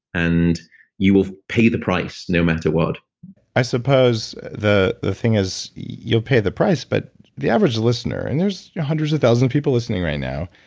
and you will pay the price no matter what i suppose the the thing is you'll pay the price, but the average listener, and there's hundreds of thousands people listening right now,